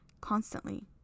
constantly